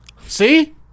See